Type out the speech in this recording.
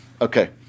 Okay